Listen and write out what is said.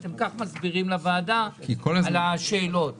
אתם כך מסבירים לוועדה על השאלות,